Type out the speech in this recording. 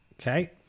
Okay